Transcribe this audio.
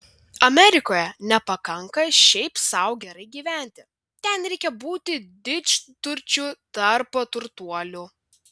amerikoje nepakanka šiaip sau gerai gyventi ten reikia būti didžturčiu tarp turtuolių